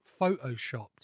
photoshopped